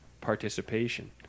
participation